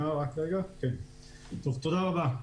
תודה רבה.